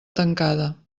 tancada